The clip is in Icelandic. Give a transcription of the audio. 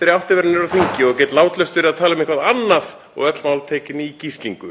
þegar ég átti að vera niðri á þingi og get látlaust talað um eitthvað annað og öll mál tekin í gíslingu.